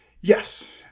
Yes